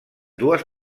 dues